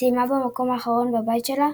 שסיימה במקום האחרון בבית שלה,